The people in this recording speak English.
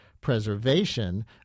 preservation